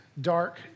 dark